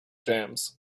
jams